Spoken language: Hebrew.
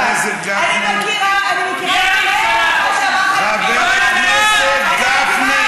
אני מכירה, חבר הכנסת גפני.